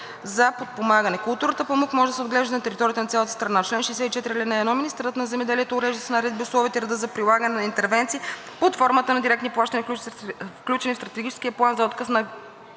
за подпомагане. Културата памук може да се отглежда на територията на цялата страна.